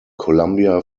columbia